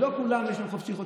לא לכולם יש חופשי חודשי.